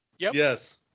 Yes